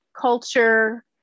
culture